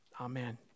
amen